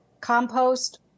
compost